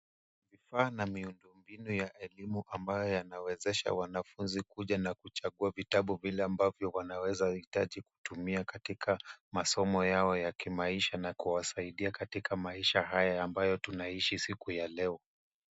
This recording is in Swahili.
Vifaa na miundombinu ya elimu ambayo yanawezesha wanafunzi kuja na kuchagua vitabu vile ambavyo wanaweza hitaji kutumia katika masomo yao ya kimaisha na kuwasaidia katika maisha haya ambayo tunaishi siku ya leo.